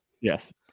Yes